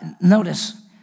Notice